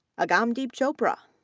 agamdeep chopra,